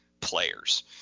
players